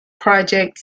project